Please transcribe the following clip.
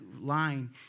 line